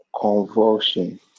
Convulsion